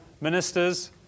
ministers